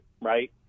right